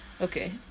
Okay